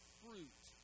fruit